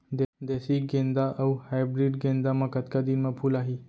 देसी गेंदा अऊ हाइब्रिड गेंदा म कतका दिन म फूल आही?